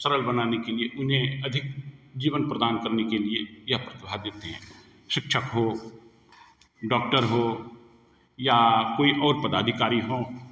सरल बनाने के लिए उन्हें अधिक जीवन प्रदान करने के लिए यह प्रतिभा देते हैं शिक्षक हो डॉक्टर हो या कोई और पदाधिकारी हो